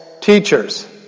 teachers